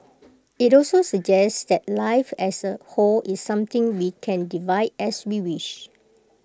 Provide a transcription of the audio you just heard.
IT also suggests that life as A whole is something we can divide as we wish